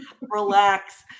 Relax